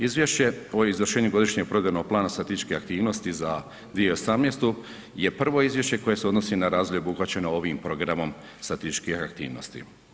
Izvješće o izvršenju godišnjeg provedbenog plana statističkih aktivnosti za 2018. je prvo izvješće koje se odnosi na razdoblje obuhvaćeno ovim programom statističkih aktivnosti.